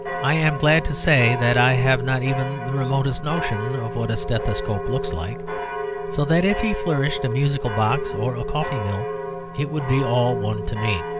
i am glad to say that i have not even the remotest notion of what a stethoscope looks like so that if he flourished a musical-box or a coffee-mill it would be all one to me.